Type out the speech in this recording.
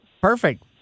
Perfect